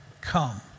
Come